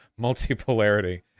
multipolarity